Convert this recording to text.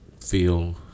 Feel